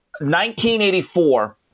1984